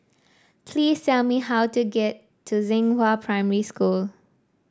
please tell me how to get to Xinghua Primary School